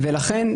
ולכן,